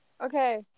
Okay